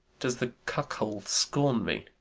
does the cuckold scorn me?